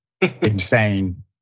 insane